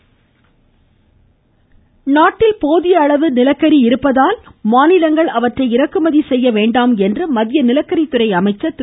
ம் ம் ம் ம் ம் ம பிரகலாத் ஜோஷி நாட்டில் போதிய அளவு நிலக்கரி இருப்பதால் மாநிலங்கள் அவற்றை இறக்குமதி செய்ய வேண்டாம் என்று மத்திய நிலக்கரித்துறை அமைச்சர் திரு